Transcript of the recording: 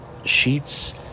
Sheets